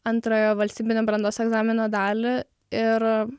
antroją valstybinio brandos egzamino dalį ir